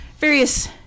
various